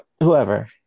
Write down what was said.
whoever